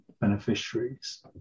beneficiaries